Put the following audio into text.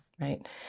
right